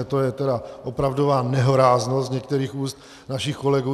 To je teda opravdová nehoráznost z některých úst našich kolegů!